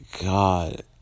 God